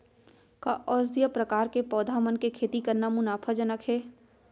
का औषधीय प्रकार के पौधा मन के खेती करना मुनाफाजनक हे?